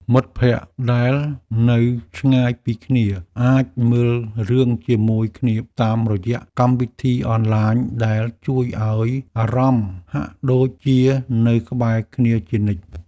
មិត្តភក្តិដែលនៅឆ្ងាយពីគ្នាអាចមើលរឿងជាមួយគ្នាតាមរយៈកម្មវិធីអនឡាញដែលជួយឱ្យអារម្មណ៍ហាក់ដូចជានៅក្បែរគ្នាជានិច្ច។